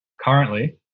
Currently